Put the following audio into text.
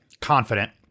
confident